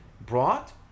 brought